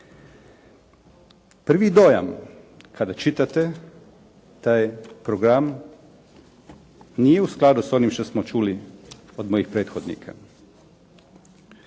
Prvi dojam kada čitate taj program nije u skladu s onim što smo čuli od mojih prethodnika.